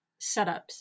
setups